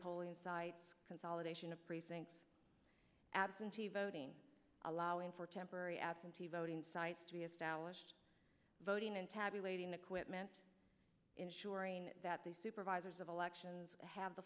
polling site consolidation of precinct absentee voting allowing for temporary absentee voting sites to be established voting and tabulating equipment ensuring that the supervisors of elections have the